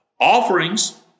Offerings